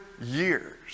years